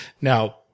now